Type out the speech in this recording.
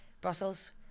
Brussels